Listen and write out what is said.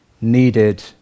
needed